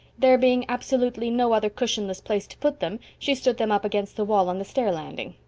there being absolutely no other cushionless place to put them she stood them up against the wall on the stair landing.